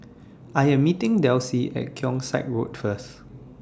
I Am meeting Delsie At Keong Saik Road First